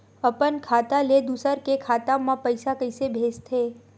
अपन खाता ले दुसर के खाता मा पईसा कइसे भेजथे?